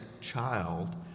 child